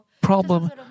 problem